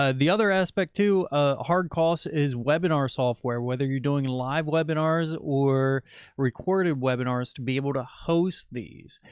ah the other aspect to, ah hard costs is webinars software. whether you're doing live webinars or recorded webinars, to be able to host these,